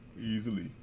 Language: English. Easily